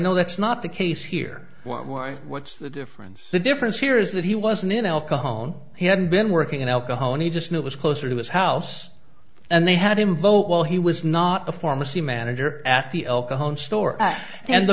know that's not the case here what's the difference the difference here is that he wasn't in elko home he hadn't been working in alcohol and he just knew it was closer to his house and they had him vote while he was not a pharmacy manager at the store and the